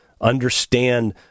Understand